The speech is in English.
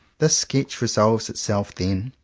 this sketch resolves itself, then,